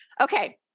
Okay